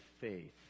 faith